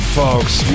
folks